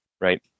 right